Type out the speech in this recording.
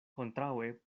kontraŭe